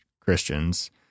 Christians